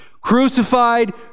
Crucified